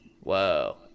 Whoa